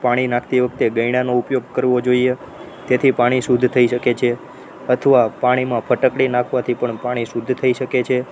પાણી નાખતી વખતે ગયણાનો ઉપયોગ કરવો જોઈએ તેથી પાણી શુદ્ધ થઈ શકે છે અથવા પાણીમાં ફટકડી નાખવાથી પણ પાણી શુદ્ધ થઈ શકે છે